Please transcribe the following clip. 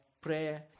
prayer